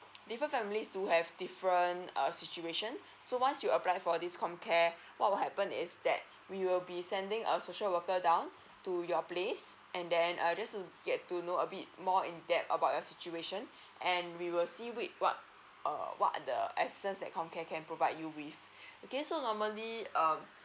different families do have different err situation so once you apply for this com care what will happen is that we will be sending a social worker down to your place and then err just to get to know a bit more in depth about your situation and we will see with what err what are the assistance that com care can provide you with okay so normally err